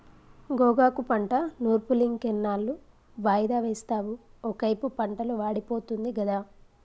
గోగాకు పంట నూర్పులింకెన్నాళ్ళు వాయిదా వేస్తావు ఒకైపు పంటలు వాడిపోతుంది గదా